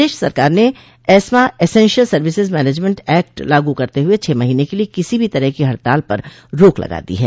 प्रदश सरकार ने ESMA essential services management act लागू करते हुए छह महीने के लिए किसी भी तरह की हड़ताल पर रोक लगा दी है